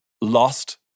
lost